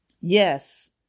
Yes